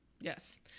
yes